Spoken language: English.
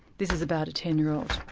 this is about a ten year old.